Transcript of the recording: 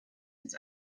its